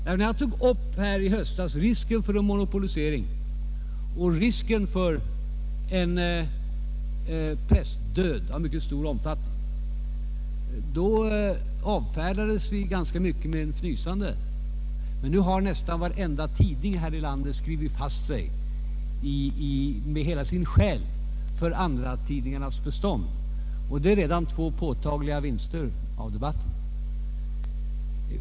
När vi i höstas tog upp risken för en monopolisering och faran för en pressdöd av mycket stor omfattning avfärdades vi ofta med en fnysning. Men nu har nästan varenda tidning här i landet med hela sin själ skrivit fast sig för andrahandstidningarnas bestånd, och det är två påtagliga vinster av debatten.